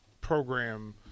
program